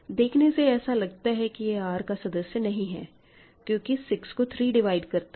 देखने से ऐसा लगता है कि यह R का सदस्य नहीं है क्योंकि 6 को 3 डिवाइड करता है